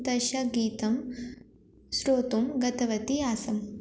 तस्य गीतं श्रोतुं गीतवती आसम्